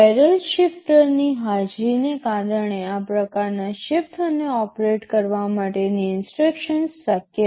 barrel શિફ્ટરની હાજરીને કારણે આ પ્રકારના શિફ્ટ અને ઓપરેટ કરવા માટેની ઇન્સટ્રક્શન્સ શક્ય છે